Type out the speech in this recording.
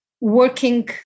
working